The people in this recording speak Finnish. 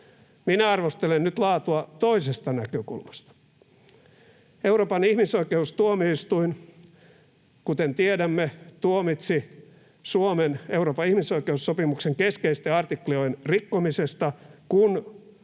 Minä arvostelen nyt laatua toisesta näkökulmasta: Euroopan ihmisoikeustuomioistuin, kuten tiedämme, tuomitsi Suomen Euroopan ihmisoikeussopimuksen keskeisten artiklojen rikkomisesta, kun